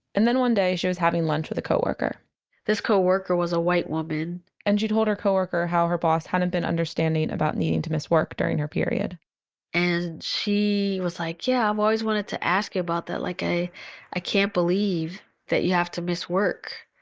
and then one day she was having lunch with a coworker this coworker was a white woman and she told her coworker how her boss hadn't been understanding about needing to miss work during her period and she was like, yeah, i've always wanted to ask you about that, like i can't believe that you have to miss work.